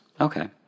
Okay